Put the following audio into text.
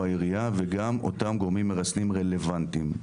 העירייה וגם אותם גורמים מרסנים רלוונטיים.